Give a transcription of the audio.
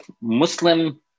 Muslim